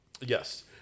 Yes